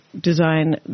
design